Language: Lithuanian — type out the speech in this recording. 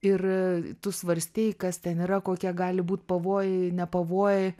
ir tu svarstei kas ten yra kokie gali būt pavojai nepavojai